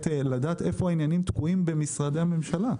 לדעת איפה העניינים תקועים במשרדי הממשלה.